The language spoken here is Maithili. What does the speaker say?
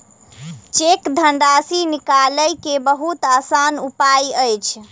चेक धनराशि निकालय के बहुत आसान उपाय अछि